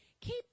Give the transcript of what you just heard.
Keep